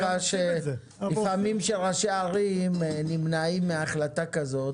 לפעמים ראשי ערים נמנעים מהחלטה כזאת,